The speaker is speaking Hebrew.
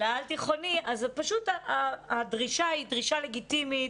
הדרישה היא פשוט דרישה לגיטימית